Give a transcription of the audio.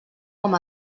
com